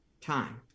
time